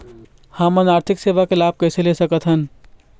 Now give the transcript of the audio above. हमन आरथिक सेवा के लाभ कैसे ले सकथन?